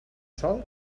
sol